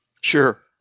Sure